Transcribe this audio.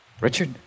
Richard